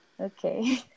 Okay